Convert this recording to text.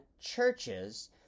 churches